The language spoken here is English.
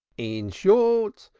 in short,